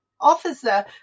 officer